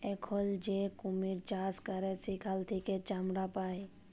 এখল যে কুমির চাষ ক্যরে সেখাল থেক্যে চামড়া পায়